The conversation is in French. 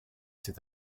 c’est